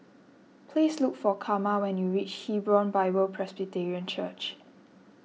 please look for Karma when you reach Hebron Bible Presbyterian Church